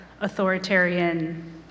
authoritarian